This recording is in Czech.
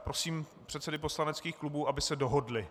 Prosím předsedy poslaneckých klubů, aby se dohodli.